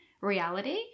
reality